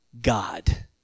God